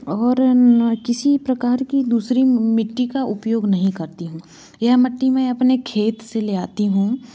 और न किसी प्रकार की दूसरी मिट्टी का उपयोग नहीं करती हूँ यह मिट्टी मैं अपने खेत से लाती हूँ